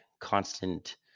constant